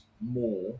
more